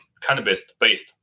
cannabis-based